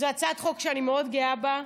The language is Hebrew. זו הצעת חוק שאני מאוד גאה בה.